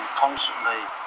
constantly